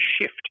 shift